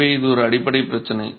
எனவே இது ஒரு அடிப்படை பிரச்சனை